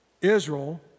Israel